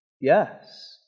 Yes